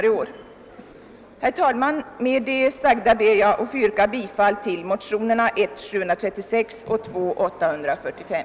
Jag ber med hänvisning till det anförda att få yrka bifall till motionerna I: 736 och II: 845.